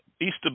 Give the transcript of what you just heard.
Easter